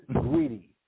greedy